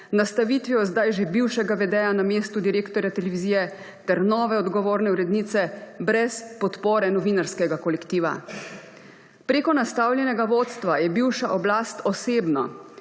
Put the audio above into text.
nastavitvijo zdaj že bivšega vedeja na mesto direktorja televizije ter nove odgovorne urednice brez podpore novinarskega kolektiva. Preko nastavljenega vodstva je bivša oblast osebno